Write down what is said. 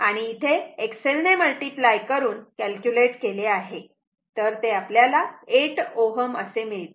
आणि इथे XL ने मल्टिप्लाय करून कॅल्क्युलेट केले आहे तर ते आपल्याला 8 Ω असे मिळते